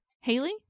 Haley